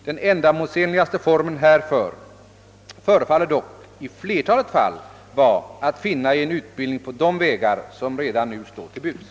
Den ändamålsenligaste formen härför förefaller dock i flertalet fall vara att finna i en utbildning på de vägar som redan nu står till buds.